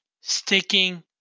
sticking